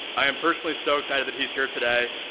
i'm personally so excited that he's here today.